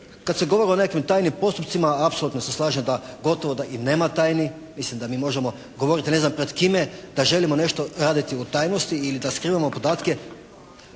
Kad se govori o nekim tajnim postupcima apsolutno se slažem da gotovo da i nema tajni. Mislim da mi možemo govoriti ne znam pred čime da želimo nešto raditi u tajnosti ili da skrivamo podatke,